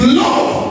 love